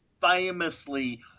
famously